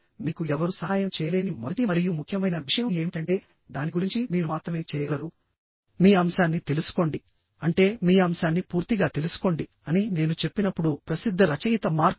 మీకు ఎవరూ సహాయం చేయలేని మొదటి మరియు ముఖ్యమైన విషయం ఏమిటంటే దాని గురించి మీరు మాత్రమే చేయగలరు మీ అంశాన్ని తెలుసుకోండి అంటే మీ అంశాన్ని పూర్తిగా తెలుసుకోండి అని నేను చెప్పినప్పుడు ప్రసిద్ధ రచయిత మార్క్ ట్వైన్